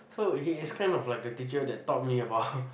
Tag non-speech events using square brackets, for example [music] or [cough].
so he is kind of like a teacher that taught me about [laughs]